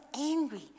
angry